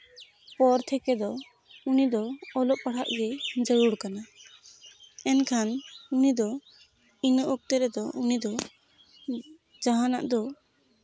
ᱯᱚᱨ ᱛᱷᱮᱠᱮ ᱫᱚ ᱩᱱᱤᱫᱚ ᱚᱞᱚᱜ ᱯᱟᱲᱦᱟᱜ ᱜᱮ ᱡᱟᱹᱨᱩᱲ ᱠᱟᱱᱟ ᱮᱱᱠᱷᱟᱱ ᱩᱱᱤᱫᱚ ᱤᱱᱟᱹ ᱚᱠᱛᱮ ᱨᱮᱫᱚ ᱩᱱᱤ ᱫᱚᱡᱟᱦᱟᱱᱟᱜ ᱫᱚ